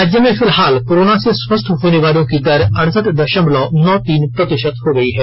राज्य में फिलहाल कोरोना से स्वस्थ होने वालों की दर अड़सठ दशमलव नौ तीन प्रतिशत हो गयी है